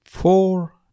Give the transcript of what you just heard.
Four